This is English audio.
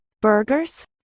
Burgers